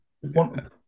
one